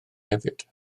hefyd